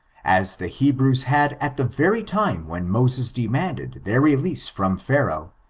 as the hebrews had at the very time when moses demanded their release from pha raoh,